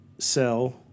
sell